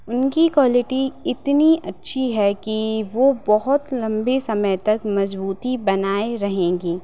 उनकी क्वालिटी इतनी अच्छी है कि वो बहुत लंबे समय तक मज़बूती बनाए रहेंगी